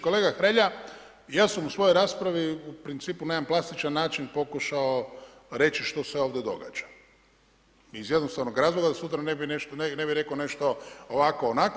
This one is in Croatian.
Kolega Hrelja, ja sam u svojoj raspravi u principu na jedan plastičan način pokušao reći što se ovdje događa iz jednostavnog razloga da sutra ne bi netko rekao nešto ovako, onako.